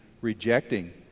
rejecting